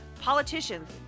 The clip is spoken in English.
politicians